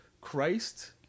Christ